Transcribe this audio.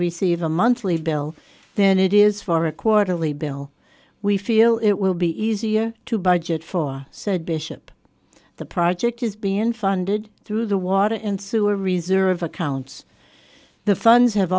receive a monthly bill then it is for a quarterly bill we feel it will be easier to budget for said bishop the project is being funded through the water and sewer reserve accounts the funds have